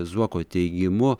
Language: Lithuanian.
zuoko teigimu